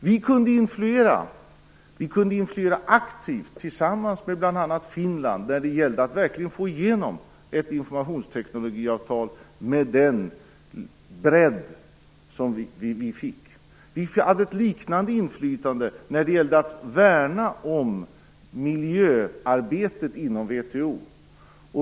Vi kunde influera aktivt tillsammans med bl.a. Finland när det gällde att verkligen få igenom ett informationsteknologiavtal med den bredd som vi fick. Vi hade ett liknande inflytande när det gällde att värna om miljöarbetet inom VHO.